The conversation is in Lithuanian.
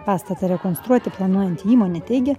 pastatą rekonstruoti planuojanti įmonė teigia